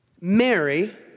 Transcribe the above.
Mary